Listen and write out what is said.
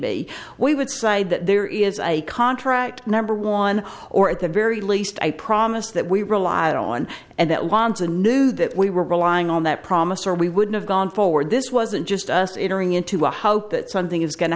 be we would say that there is a contract number one or at the very least i promised that we relied on and that wants a knew that we were relying on that promise or we would have gone forward this wasn't just us into a hope that something is going to